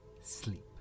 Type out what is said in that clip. sleep